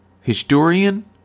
historian